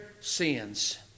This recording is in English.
sins